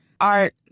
art